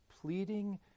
pleading